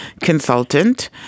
consultant